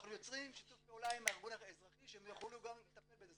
אנחנו יוצרים שיתוף פעולה עם הארגון האזרחי שהם יוכלו גם לטפל בזה.